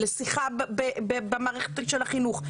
לשיחה במערכת של החינוך.